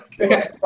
okay